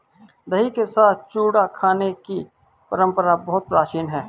दही के साथ चूड़ा खाने की परंपरा बहुत प्राचीन है